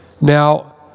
Now